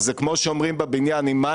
כעסת עלינו שאנחנו אומרים שנלך לבתי המשפט,